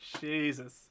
Jesus